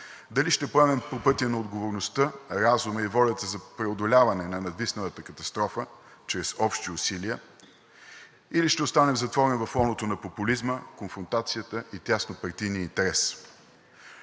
Дали ще поемем по пътя на отговорността, разума и волята за преодоляване на надвисналата катастрофа чрез общи усилия, или ще останем затворени в лоното на популизма, конфронтацията и тяснопартийния интерес.